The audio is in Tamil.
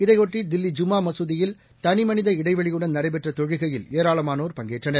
இதையோட்டிதில்லி ஜூம்மாமசூதியில் தளிமளித இடைவெளியுடன் நடைபெற்றதொழுகையில் ஏராளமானேர் பங்கேற்றனர்